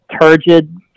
turgid